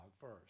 first